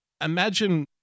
imagine